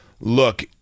look